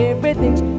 Everything's